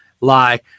lie